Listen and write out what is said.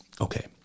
Okay